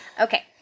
Okay